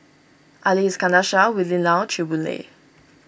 Ali Iskandar Shah Willin Low Chew Boon Lay